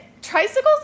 Tricycles